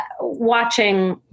watching